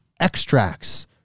extracts